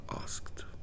asked